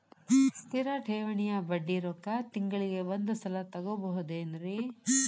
ಸ್ಥಿರ ಠೇವಣಿಯ ಬಡ್ಡಿ ರೊಕ್ಕ ತಿಂಗಳಿಗೆ ಒಂದು ಸಲ ತಗೊಬಹುದೆನ್ರಿ?